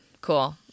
Cool